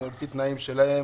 ולפי תנאים שלהם,